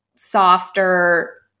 Softer